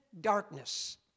darkness